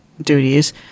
duties